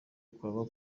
kwaba